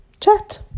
chat